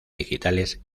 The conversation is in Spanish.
digitales